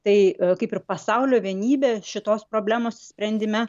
tai kaip ir pasaulio vienybė šitos problemos sprendime